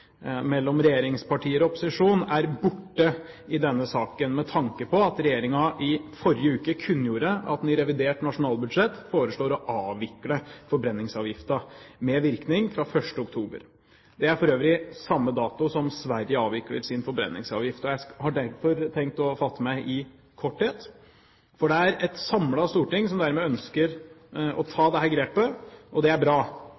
mellom regjeringspartier og opposisjon, er borte i denne saken, med tanke på at regjeringen i forrige uke kunngjorde at man i revidert nasjonalbudsjett foreslår å avvikle forbrenningsavgiften med virkning fra 1. oktober. Det er for øvrig samme dato som Sverige avvikler sin forbrenningsavgift. Jeg har derfor tenkt å fatte meg i korthet, for det er et samlet storting som dermed ønsker å ta dette grepet, og det er bra.